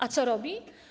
A co robi?